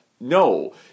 No